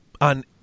on